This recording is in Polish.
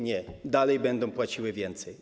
Nie, dalej będą płaciły więcej.